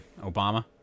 Obama